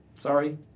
Sorry